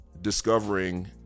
discovering